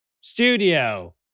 studio